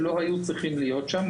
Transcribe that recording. שלא היו צריכים להיות שם.